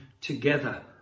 together